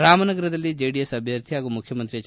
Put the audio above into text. ರಾಮನಗರದಲ್ಲಿ ಜೆಡಿಎಸ್ ಅಭ್ಯರ್ಥಿ ಹಾಗೂ ಮುಖ್ಣಮಂತ್ರಿ ಎಚ್